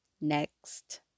Next